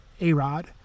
A-Rod